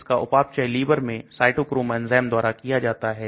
इसका उपापचय लीवर में साइटोक्रोम एंजाइम द्वारा किया जाता है